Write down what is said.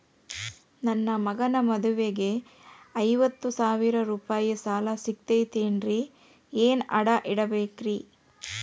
ನನ್ನ ಮಗನ ಮದುವಿಗೆ ಐವತ್ತು ಸಾವಿರ ರೂಪಾಯಿ ಸಾಲ ಸಿಗತೈತೇನ್ರೇ ಏನ್ ಅಡ ಇಡಬೇಕ್ರಿ?